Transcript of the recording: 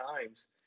times